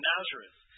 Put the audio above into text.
Nazareth